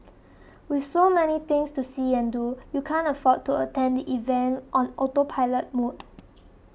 with so many things to see and do you can't afford to attend the event on autopilot mode